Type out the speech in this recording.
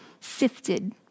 sifted